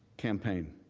campaign